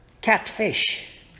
catfish